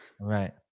Right